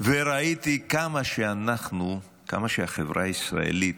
וראיתי כמה שאנחנו, החברה הישראלית,